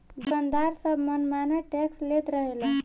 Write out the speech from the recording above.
दुकानदार सब मन माना टैक्स लेत रहले